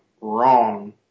wrong